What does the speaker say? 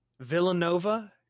Villanova